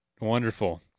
Wonderful